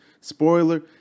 Spoiler